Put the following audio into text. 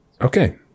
okay